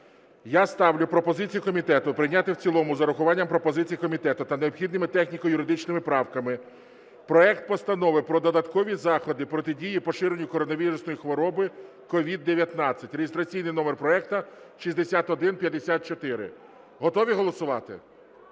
я ставлю пропозицію комітету прийняти в цілому з урахуванням пропозицій комітету та необхідними техніко-юридичними правками проект Постанови про додаткові заходи протидії поширенню коронавірусної хвороби (COVID-19) (реєстраційний номер проекту 6154). Готові голосувати?